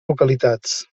localitats